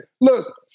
Look